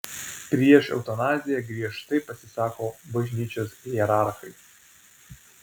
prieš eutanaziją giežtai pasisako bažnyčios hierarchai